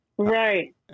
Right